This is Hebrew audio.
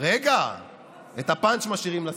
איך קוראים לו?